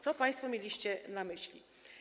Co państwo mieliście na myśli?